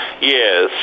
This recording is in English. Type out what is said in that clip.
Yes